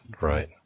right